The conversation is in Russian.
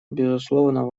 безусловно